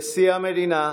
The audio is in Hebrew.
המדינה,